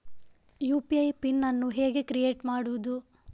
UPI PIN ಅನ್ನು ಹೇಗೆ create ಮಾಡುದು?